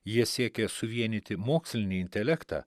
jie siekė suvienyti mokslinį intelektą